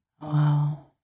Wow